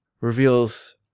reveals